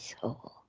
soul